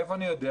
מאיפה אני יודע?